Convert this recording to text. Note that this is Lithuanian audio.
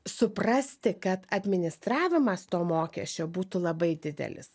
suprasti kad administravimas to mokesčio būtų labai didelis